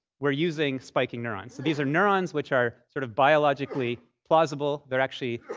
we're using spiking neurons. these are neurons which are sort of biologically plausible. they're actually